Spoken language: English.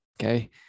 okay